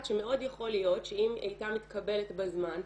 שמאוד יכול להיות שאם היא הייתה מתקבלת בזמן,